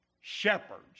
shepherds